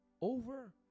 over